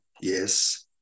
yes